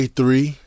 three